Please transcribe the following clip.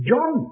John